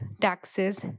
taxes